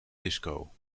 disco